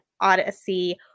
Odyssey